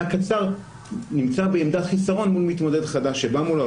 קצר נמצא בעמדת חיסרון מול מתמודד חדש שבא מולו,